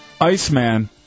Iceman